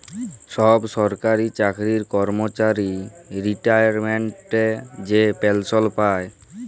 ছব সরকারি চাকরির কম্মচারি রিটায়ারমেল্টে যে পেলসল পায়